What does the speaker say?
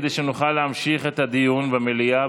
כדי שנוכל להמשיך את הדיון במליאה.